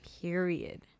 Period